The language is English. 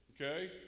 okay